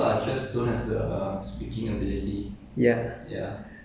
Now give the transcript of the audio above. yeah yeah correct